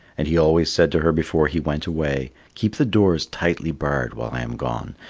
and he always said to her before he went away, keep the doors tightly barred while i am gone,